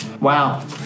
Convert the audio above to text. Wow